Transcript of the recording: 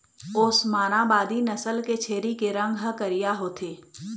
ओस्मानाबादी नसल के छेरी के रंग ह करिया होथे